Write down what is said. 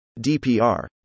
DPR